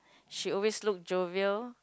she always looks jovial